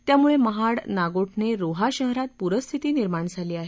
त्यामुळे महाड नागोठणे रोहा शहरात प्रस्थिती निर्माण झाली आहे